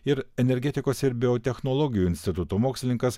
ir energetikos ir biotechnologijų instituto mokslininkas